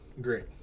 great